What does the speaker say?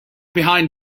behind